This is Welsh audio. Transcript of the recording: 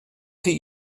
chi